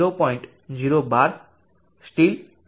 012 steel 0